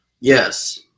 Yes